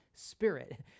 spirit